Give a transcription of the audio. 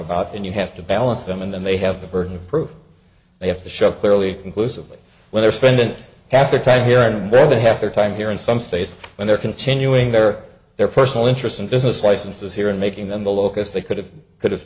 about and you have to balance them and then they have the burden of proof they have to show clearly conclusively when they're spending half their time here on the other half their time here in some states when they're continuing their their personal interests and business licenses here and making them the locus they could have could have